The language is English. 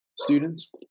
students